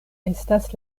estas